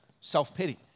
self-pity